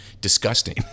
disgusting